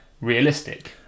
realistic